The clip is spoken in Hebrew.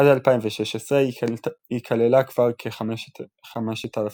עד 2016 היא כללה כבר כ־5,000 מחבלים.